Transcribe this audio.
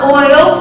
oil